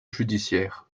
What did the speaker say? judiciaire